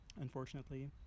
unfortunately